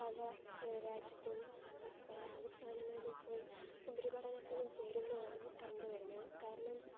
പല രാജ്യത്തും പല സംസ്ഥാനങ്ങളിലും പോയി ഉപരിപഠനത്തിനു ചേരുന്നതാണ് കണ്ടുവരുന്നത് കാരണം